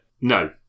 No